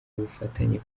ubufatanye